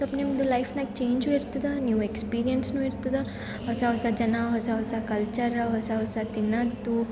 ಸೊಲ್ಪ್ ನಿಮ್ದು ಲೈಫ್ನಾಗ ಚೇಂಜು ಇರ್ತದ ನ್ಯೂವ್ ಎಕ್ಸ್ಪೀರಿಯನ್ಸ್ನು ಇರ್ತದ ಹೊಸ ಹೊಸ ಜನ ಹೊಸ ಹೊಸ ಕಲ್ಚರ್ ಹೊಸ ಹೊಸ ತಿನ್ನೊದು